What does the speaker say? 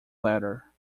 letter